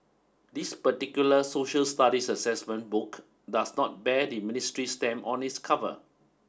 this particular Social Studies Assessment Book does not bear the ministry's stamp on its cover